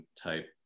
type